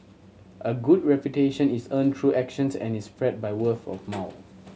a good reputation is earned through actions and is spread by word of mouth